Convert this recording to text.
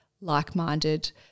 like-minded